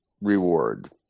reward